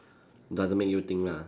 doesn't make you think lah